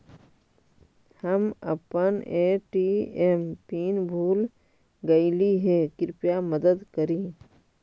हम अपन ATM PIN भूल गईली हे, कृपया मदद करी